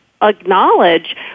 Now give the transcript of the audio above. acknowledge